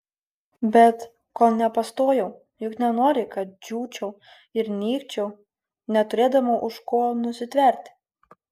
bet kol nepastojau juk nenori kad džiūčiau ir nykčiau neturėdama už ko nusitverti